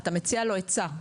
אתה מציע לו היצע,